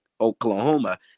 Oklahoma